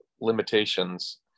limitations